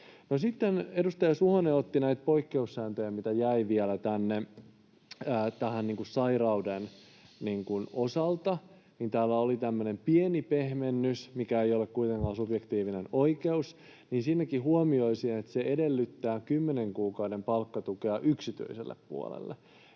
edustaja Suhonen otti esille näitä poikkeussääntöjä, mitä jäi vielä sairauden osalta. Täällä oli tämmöinen pieni pehmennys, mikä ei ole kuitenkaan subjektiivinen oikeus, ja siinäkin huomioisin, että se edellyttää kymmenen kuukauden palkkatukea yksityiselle puolelle.